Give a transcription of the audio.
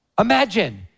Imagine